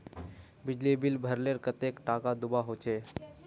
बिजली बिल भरले कतेक टाका दूबा होचे?